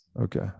Okay